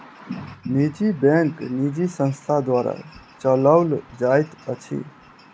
निजी बैंक निजी संस्था द्वारा चलौल जाइत अछि